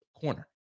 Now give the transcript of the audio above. corner